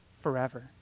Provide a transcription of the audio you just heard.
forever